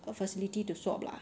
a facility to swab lah